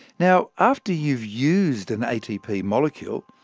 now after you've used an atp molecule,